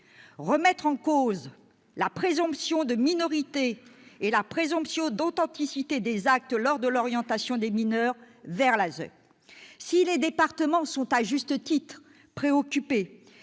remettre en cause la présomption de minorité et la présomption d'authenticité des actes lors de l'orientation des mineurs vers l'aide sociale à l'enfance, l'ASE. Si les départements sont à juste titre préoccupés,